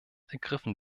ergriffen